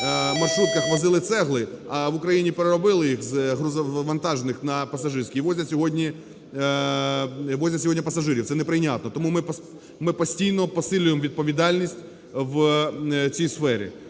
маршрутках возили цегли, а в Україні переробили їх з грузовантажних на пасажирські і возять сьогодні пасажирів, це неприйнятно. Тому ми постійно посилюємо відповідальність в цій сфері.